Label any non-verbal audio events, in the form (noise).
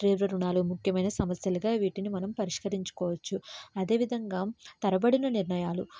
(unintelligible) రుణాలు ముఖ్యంగా సమస్యలుగా వీటిని మనం పరిష్కరించుకోవచ్చు అదేవిధంగా తరబడిన నిర్ణయాలు